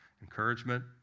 Encouragement